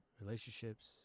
relationships